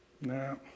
No